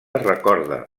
recorda